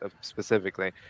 specifically